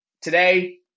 today